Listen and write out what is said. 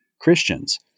Christians